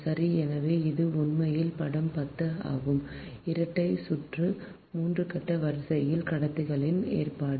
சரி எனவே இது உண்மையில் படம் 10 ஆகும் இரட்டை சுற்று 3 கட்ட வரிசையில் கடத்திகளின் ஏற்பாடு